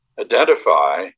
identify